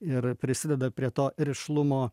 ir prisideda prie to rišlumo